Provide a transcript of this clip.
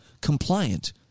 compliant